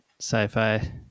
sci-fi